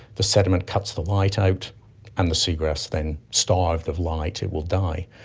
the sediment cuts the light out and the seagrass then, starved of light, it will die.